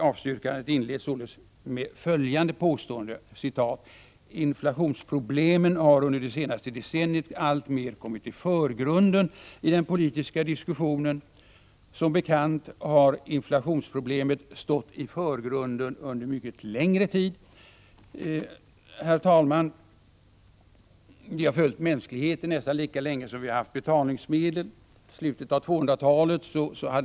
Avstyrkandet inleds således med följande påstående: ”Inflationsproblemen har under det senaste decenniet alltmer kommit i förgrunden i den politiska diskussionen.” Som bekant har inflationsproblemet stått i förgrunden under mycket längre tid. Det har följt mänskligheten nästan lika länge som vi haft betalningsmedel. I slutet av 200-talet e. Kr.